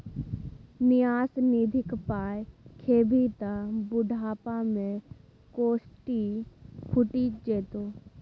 न्यास निधिक पाय खेभी त बुढ़ापामे कोढ़ि फुटि जेतौ